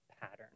pattern